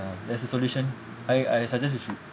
there's a solution I I suggest you should